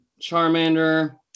Charmander